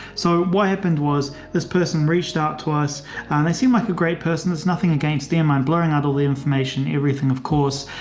so what happened was this person reached out to us and they seemed like a great person has nothing against them. i'm blurring out all the information. everything, of course.